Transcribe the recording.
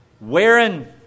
wearing